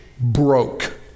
broke